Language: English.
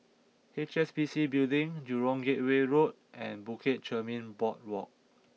H S B C Building Jurong Gateway Road and Bukit Chermin Boardwalk